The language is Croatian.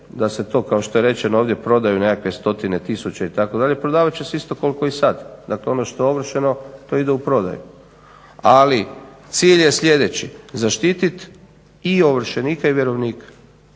da se to kao što je rečeno ovdje prodaju nekakve stotine tisuća itd. Prodavat će se isto koliko i sad. Dakle, ono što je ovršeno to ide u prodaju. Ali cilj je sljedeći zaštititi i ovršenika i vjerovnika.